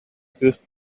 кыыс